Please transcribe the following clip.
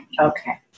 Okay